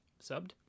Subbed